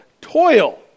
toil